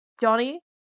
Johnny